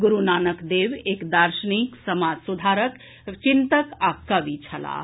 गुरू नानक देव एक दार्शनिक समाज सुधारक चिंतक आ कवि छलाह